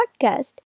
podcast